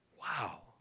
Wow